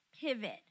Pivot